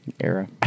era